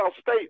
State